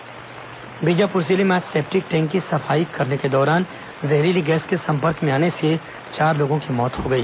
septic tank मौत बीजापुर जिले में आज सेप्टिक टैंक की सफाई करने के दौरान जहरीली गैस के संपर्क में आने से चार लोगों की मौत हो गई